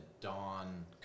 dawn